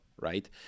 right